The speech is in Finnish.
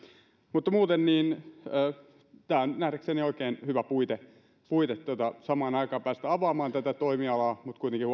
mutta muuten tämä on nähdäkseni oikein hyvä puite päästä samaan aikaan avaamaan tätä toimialaa mutta kuitenkin